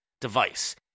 device